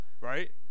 right